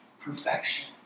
perfection